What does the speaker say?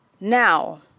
Now